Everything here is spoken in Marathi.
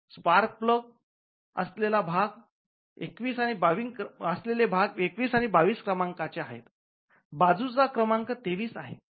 स्पार्क प्लग असलेले भाग 21 आणि 22 क्रमांकाचे आहेत बाजूंचा क्रमांक 23 आहे